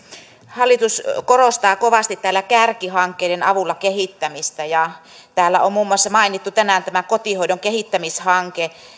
hallitus korostaa kovasti täällä kärkihankkeiden avulla kehittämistä ja täällä on muun muassa mainittu tänään tämä kotihoidon kehittämishanke